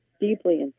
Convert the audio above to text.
deeply